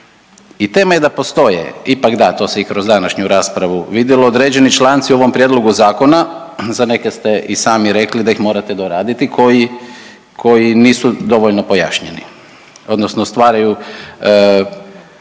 I temelj da postoje ipak da, to se i kroz današnju raspravu vidjelo. Određeni članci u ovom prijedlogu zakona, za neke ste i sami rekli da ih morate doraditi koji, koji nisu dovoljno pojašnjeni odnosno stvaraju